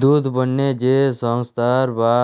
দুধ পণ্য যে সংস্থায় বা